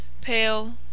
Pale